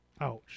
Ouch